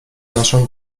naszą